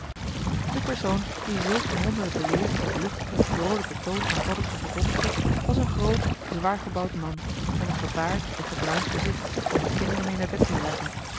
de persoon die zulk een wonderlijke leer op luchtigen vroolijken toon aan paddeltje verkondigde was een groot zwaargebouwd man met een gebaard en gebruind gezicht om er kinderen mee naar bed te jagen